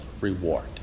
reward